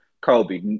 Kobe